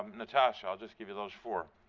natasha. i'll just give you those four.